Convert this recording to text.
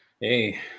Hey